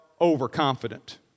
overconfident